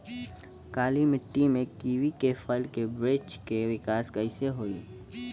काली मिट्टी में कीवी के फल के बृछ के विकास कइसे होई?